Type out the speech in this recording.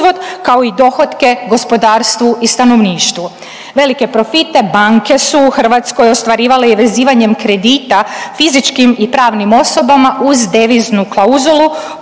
kao i dohotke gospodarstvu i stanovništvu. Velike profite banke su u Hrvatskoj ostvarivale i vezivanjem kredita fizičkim i pravnim osobama uz deviznu klauzulu